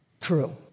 True